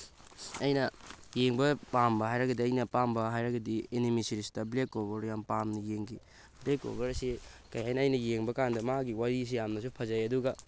ꯑꯩꯅ ꯌꯦꯡꯕ ꯄꯥꯝꯕ ꯍꯥꯏꯔꯒꯗꯤ ꯑꯩꯅ ꯑꯄꯥꯝꯕ ꯍꯥꯏꯔꯒꯗꯤ ꯑꯦꯅꯤꯃꯤ ꯁꯤꯔꯤꯁꯇ ꯕ꯭ꯂꯦꯛ ꯀ꯭ꯂꯣꯕꯔꯗꯨ ꯌꯥꯝ ꯄꯥꯝꯅ ꯌꯦꯡꯈꯤ ꯕ꯭ꯂꯦꯛ ꯀ꯭ꯂꯣꯕꯔ ꯑꯁꯤ ꯀꯩ ꯍꯥꯏꯅꯤ ꯑꯩꯅ ꯌꯦꯡꯕ ꯀꯥꯟꯗ ꯃꯥꯒꯤ ꯋꯥꯔꯤꯁꯤ ꯌꯥꯝꯅꯁꯨ ꯐꯖꯩ ꯑꯗꯨꯒ